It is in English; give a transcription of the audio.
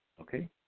okay